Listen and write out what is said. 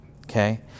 okay